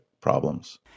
problems